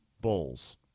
Bulls